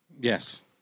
Yes